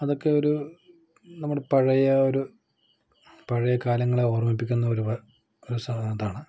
അതൊക്കെ ഒരു നമ്മുടെ പഴയ ഒരു പഴയ കാലങ്ങളെ ഓർമ്മിപ്പിക്കുന്ന ഒരു സാധാ ഇതാണ്